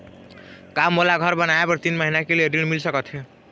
का मोला घर बनाए बर तीन महीना के लिए ऋण मिल सकत हे?